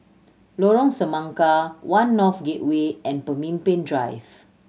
Lorong Semangka One North Gateway and Pemimpin Drive